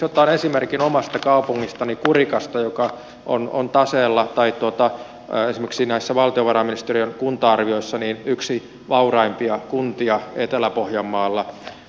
otan esimerkin omasta kaupungistani kurikasta joka on esimerkiksi näissä valtiovarainministeriön kunta arvioissa yksi vauraimpia kuntia etelä pohjanmaalla